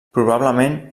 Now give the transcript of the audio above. probablement